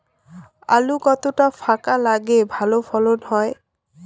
আলু কতটা ফাঁকা লাগে ভালো ফলন হয়?